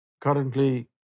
Currently